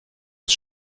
ins